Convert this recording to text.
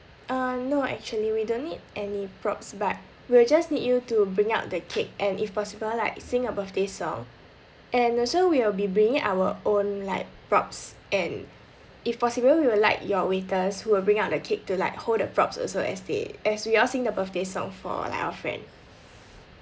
uh no actually we don't need any props but we'll just need you to bring out the cake and if possible like sing a birthday song and also we'll be bringing our own like props and if possible we will like your waiters who will bring out the cake to like hold the props also as they as we all sing the birthday song for like our friend